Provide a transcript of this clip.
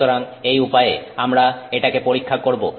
সুতরাং এই উপায়ে আমরা এটাকে পরীক্ষা করব